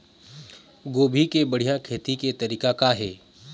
गोभी के बढ़िया खेती के तरीका का हे?